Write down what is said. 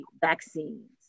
vaccines